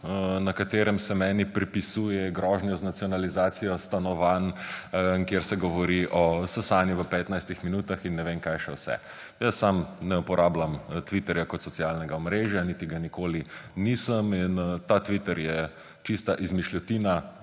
na katerem se meni pripisuje grožnja z nacionalizacijo stanovanj, kjer se govori o sesanju v 15 minutah in ne vem kaj še vse. Jaz sam ne uporabljam Twitterja kot socialnega omrežja, niti ga nikoli nisem, in ta Twitter je čista izmišljotina,